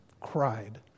cried